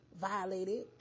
violated